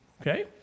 Okay